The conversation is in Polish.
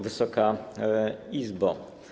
Wysoka Izbo!